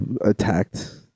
attacked